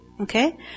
Okay